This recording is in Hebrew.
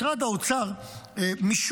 משרד האוצר הביא,